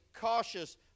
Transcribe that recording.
cautious